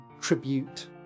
tribute